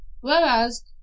whereas